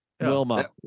Wilma